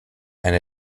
and